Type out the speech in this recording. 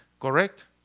correct